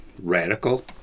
radical